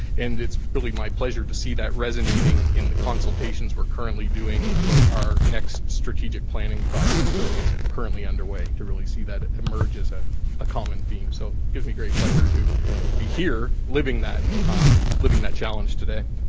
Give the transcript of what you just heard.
and it's really my pleasure to see that resonating in the consultations we're currently doing about our next strategic planning process that is currently underway, to really see that emerge as a ah common theme. so gives me great pleasure to be here, living that living that challenge today.